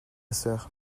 sœur